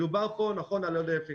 מדובר פה נכון על עוד 1,000 יחידות.